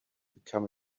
become